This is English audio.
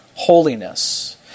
holiness